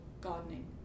gardening